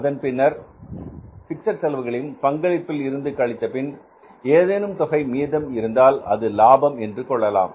அதன் பின்னர் பிக்ஸட் செலவுகளையும் பங்களிப்பில் இருந்து கழித்தபின் ஏதேனும் தொகை மீதம் இருந்தால் அது லாபம் என்று கொள்ளலாம்